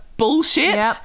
bullshit